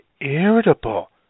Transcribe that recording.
irritable